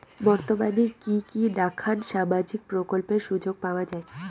বর্তমানে কি কি নাখান সামাজিক প্রকল্পের সুযোগ পাওয়া যায়?